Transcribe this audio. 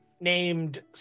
named